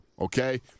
Okay